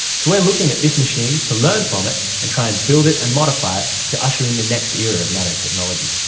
so we're looking at this machine to learn from it and try and build it and modify it to usher in the next era of nanotechnology.